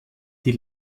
die